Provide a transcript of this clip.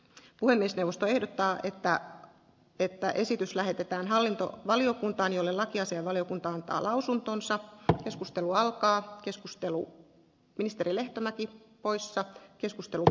puhemiesneuvosto ehdottaa että pekka esitys lähetetään hallinto valiokuntaan jolle lakiasian valiokunta antaa lausuntonsa keskustelu alkaa keskustelu ministeri lehtomäki poissa keskustelua